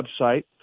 website